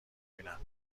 بینم